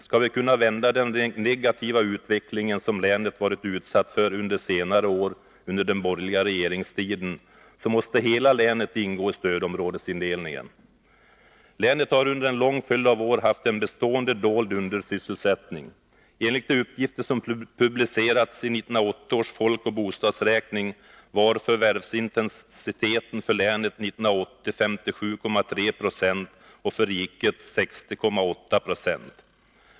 Skall vi kunna vända den negativa utveckling, som länet varit utsatt för under senare år, under den borgerliga regeringstiden, så måste hela länet ingå i stödområdesindelningen. Länet har under en lång följd av år haft en bestående, dold undersysselsättning. Enligt de uppgifter som publicerats i 1980 års folkoch bostadsräkning var förvärvsintensiteten för länet 1980 57,3 90 och för riket 60,8 90.